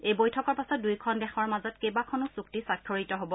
এই বৈঠকৰ পাছত দুয়োখন দেশৰ মাজত কেইবাখনো চুক্তি স্বাক্ষৰিত হ'ব